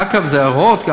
אגב, אלה גם ההוראות.